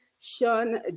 Sean